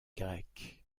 grecque